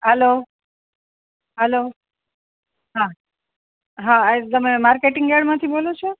hello hello હા હા તમે માર્કેટિંગ યાર્ડમાંથી બોલો છો